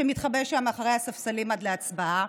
שמתחבא שם מאחורי הספסלים עד להצבעה,